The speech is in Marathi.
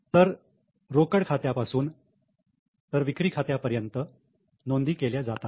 तर रोकड खात्यापासून तर विक्री खात्यापर्यंत नोंदी केल्या जातात